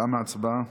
תמה ההצבעה.